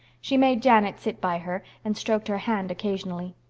she made janet sit by her and stroked her hand occasionally.